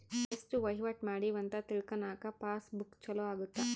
ಎಸ್ಟ ವಹಿವಾಟ ಮಾಡಿವಿ ಅಂತ ತಿಳ್ಕನಾಕ ಪಾಸ್ ಬುಕ್ ಚೊಲೊ ಅಗುತ್ತ